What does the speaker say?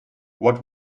what